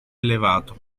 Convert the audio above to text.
elevato